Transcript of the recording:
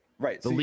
Right